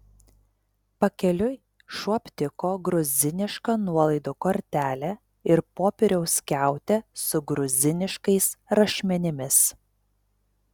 pakeliui šuo aptiko gruzinišką nuolaidų kortelę ir popieriaus skiautę su gruziniškais rašmenimis